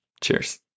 Cheers